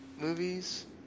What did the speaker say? movies